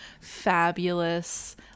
fabulous